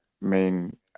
main